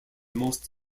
most